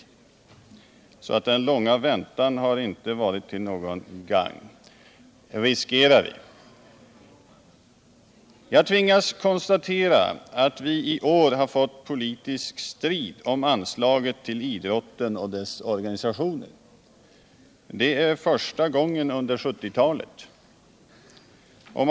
I så fall har den långa väntan inte varit till någon gagn. Jag tvingas konstatera att vi i år har fått politisk strid om anslaget till idrotten och dess organisationer. Det är första gången under 1970-talet.